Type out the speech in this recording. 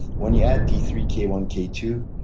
when you add d three, k one, k two,